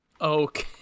Okay